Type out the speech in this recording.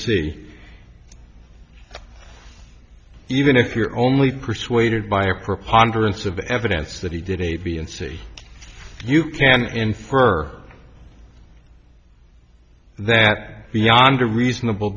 c even if you're only persuaded by a preponderance of the evidence that he did a v and see you can infer that beyond a reasonable